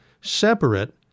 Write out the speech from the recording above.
separate